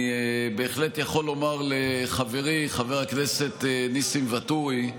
אני בהחלט יכול לומר לחברי חבר הכנסת ואטורי,